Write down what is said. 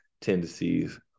tendencies